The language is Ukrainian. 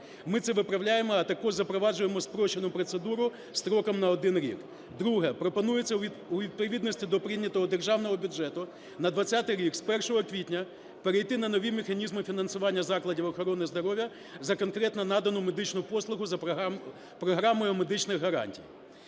Ми це виправляємо, а також запроваджуємо спрощену процедуру строком на 1 рік. Друге. Пропонується у відповідності до прийнятого Державного бюджету на 20-й рік з 1 квітня перейти на нові механізми фінансування закладів охорони здоров'я: за конкретну надану медичну послугу за програмою медичних гарантій.